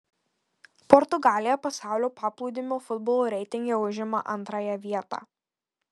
portugalija pasaulio paplūdimio futbolo reitinge užima antrąją vietą